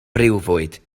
briwfwyd